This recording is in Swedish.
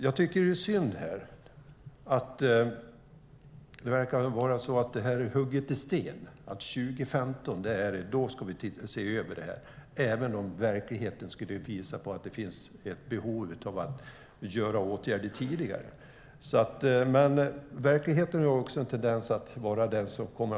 Jag tycker att det är synd att det verkar som att året 2015 är hugget i sten. Då ska vi se över detta, även om verkligheten skulle visa att det finns ett behov av att vidta åtgärder tidigare. Men verkligheten har också en tendens att vara det som styr.